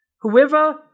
Whoever